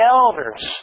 elders